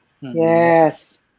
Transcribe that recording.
Yes